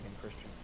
Christians